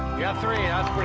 got three.